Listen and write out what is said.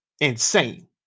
insane